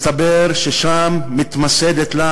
מסתבר ששם מתמסד לו